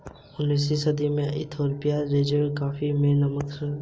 उन्नीसवीं सदी में इथोपिया का रवैया कॉफ़ी के लिए नरम हो गया